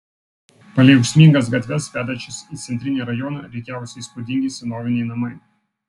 palei ūksmingas gatves vedančias į centrinį rajoną rikiavosi įspūdingi senoviniai namai